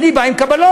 אני בא עם קבלות.